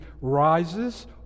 rises